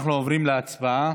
אנחנו עוברים להצבעה.